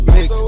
Mix